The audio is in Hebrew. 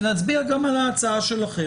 ונצביע גם על ההצעה שלכם,